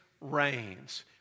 reigns